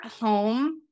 home